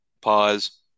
Pause